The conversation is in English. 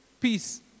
Peace